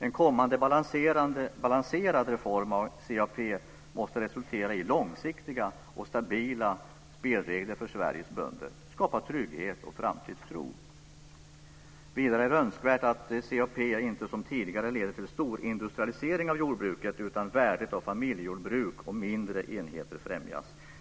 En kommande balanserad reform av CAP måste resultera i långsiktiga och stabila spelregler för Sveriges bönder. Det skulle skapa trygghet och framtidstro. Vidare är det önskvärt att CAP inte som tidigare leder till en storindustrialisering av jordbruket. Värdet av familjejordbruk och mindre enheter måste främjas.